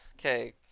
okay